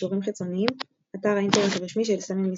קישורים חיצוניים אתר האינטרנט הרשמי של סמל מיסיסיפי